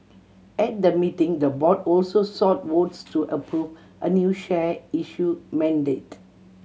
at the meeting the board also sought votes to approve a new share issue mandate